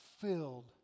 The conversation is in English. filled